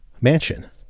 mansion